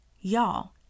Y'all